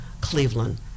Cleveland